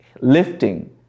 lifting